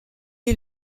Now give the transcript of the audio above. est